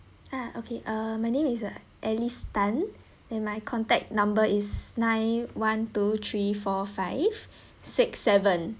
ah okay uh my name is uh alice tan and my contact number is nine one two three four five six seven